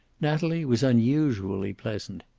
natalie was unusually pleasant.